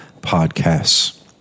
podcasts